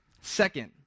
Second